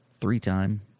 three-time